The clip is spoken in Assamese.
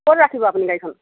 ক'ত ৰাখিব আপুনি গাড়ীখন